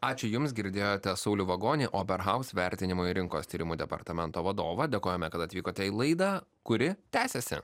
ačiū jums girdėjote saulių vagonį oberhaus vertinimo ir rinkos tyrimų departamento vadovą dėkojame kad atvykote į laidą kuri tęsiasi